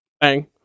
Bang